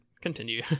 Continue